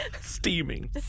Steaming